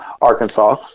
Arkansas